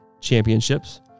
championships